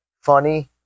funny